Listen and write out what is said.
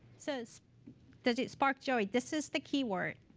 so so does it spark joy? this is the key word.